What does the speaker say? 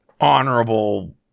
honorable